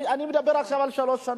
אני מדבר עכשיו על שלוש שנים.